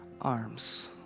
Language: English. arms